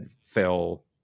fell